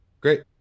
Great